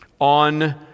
on